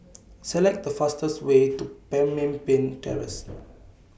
Select The fastest Way to Pemimpin Terrace